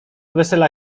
wesela